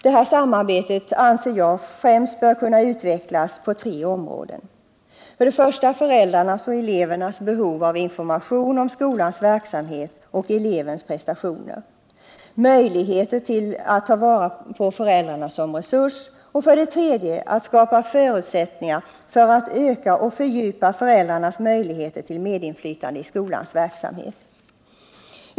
Detta samarbete anser jag bör kunna utvecklas främst på tre områden: 2. Möjligheterna att ta till vara föräldrarna såsom resurs. 3. Förutsättningarna att öka och fördjupa föräldrarnas möjligheter till medinflytande i skolans verksamhet.